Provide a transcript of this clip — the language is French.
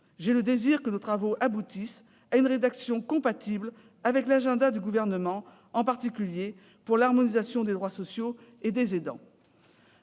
J'ai le désir que nos travaux aboutissent à une rédaction compatible avec l'agenda du Gouvernement, en particulier pour l'harmonisation des droits sociaux des aidants.